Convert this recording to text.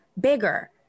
bigger